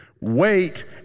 Wait